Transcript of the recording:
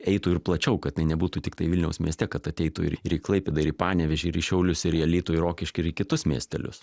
eitų ir plačiau kad tai nebūtų tiktai vilniaus mieste kad ateitų ir į klaipėdą ir į panevėžį ir į šiaulius ir į alytų į rokiškį ir į kitus miestelius